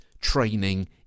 training